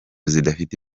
zidafite